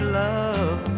love